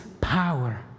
power